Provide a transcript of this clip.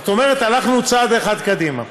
זאת אומרת, הלכנו צעד אחד קדימה.